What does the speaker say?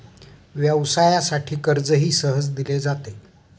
व्यवसायासाठी कर्जही सहज दिले जाते